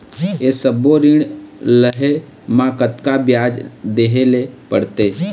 ये सब्बो ऋण लहे मा कतका ब्याज देहें ले पड़ते?